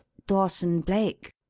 dawson-blake?